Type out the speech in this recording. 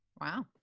Wow